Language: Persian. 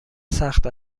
سخت